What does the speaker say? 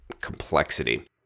complexity